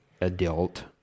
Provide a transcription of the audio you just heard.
adult